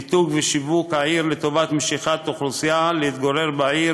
מיתוג ושיווק העיר למשיכת אוכלוסייה להתגורר בה,